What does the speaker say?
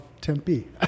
Tempe